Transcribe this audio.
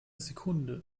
sekunde